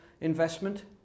investment